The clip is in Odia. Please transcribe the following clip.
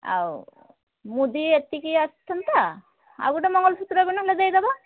ଆଉ ମୁଦି ଏତିକି ଆସନ୍ତା ଆଉ ଗୋଟେ ମଙ୍ଗଳସୁତ୍ର ବି ନହେଲେ ଦେଇଦେବା